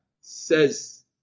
says